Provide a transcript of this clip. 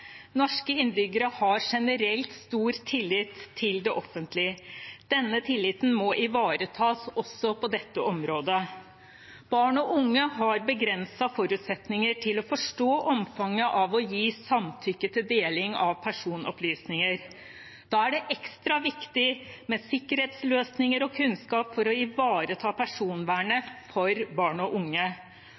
Norske innbyggere har generelt stor tillit til det offentlige. Denne tilliten må ivaretas også på dette området. Barn og unge har begrensede forutsetninger for å forstå omfanget av å gi samtykke til deling av personopplysninger. Da er det ekstra viktig med sikkerhetsløsninger og kunnskap for å ivareta personvernet for barn og unge.